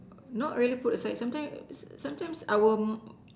not really put aside sometimes sometimes I will